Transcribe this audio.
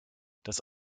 das